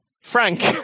Frank